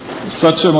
Hvala